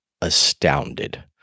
astounded